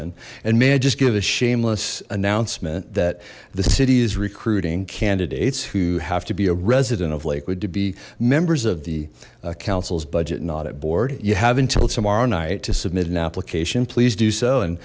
ludwigssen and may i just give a shameless announcement that the city is recruiting candidates who have to be a resident of lakewood to be members of the council's budget not at board you have until tomorrow night to submit an application please do so and